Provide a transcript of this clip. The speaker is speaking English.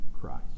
Christ